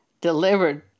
delivered